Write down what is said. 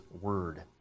word